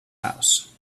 house